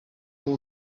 uwo